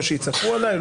לא שיצעקו עלי,